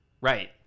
Right